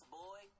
boy